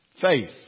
Faith